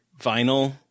vinyl